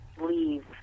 leave